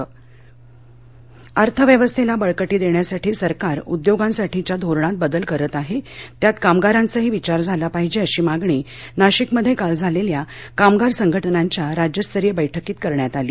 नाशिक अर्थव्यवस्थेला बळकटी देण्यासाठी सरकार उद्योगांसाठीच्या धोरणात बदल करत आहे त्यात कामगारांचाही विचार झाला पाहिजे अशी मागणी नाशिकमध्ये काल झालेल्या कामगार संघटनांच्या राज्यस्तरीय बैठकीत करण्यात आली